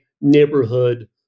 neighborhood